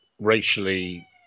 racially